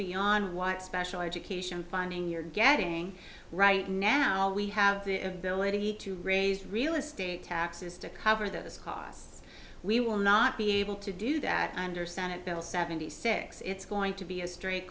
beyond what special education funding you're getting right now we have the ability to raise real estate taxes to cover those costs we will not be able to do that under senate bill seventy six it's going to be a straight